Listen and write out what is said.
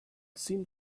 seemed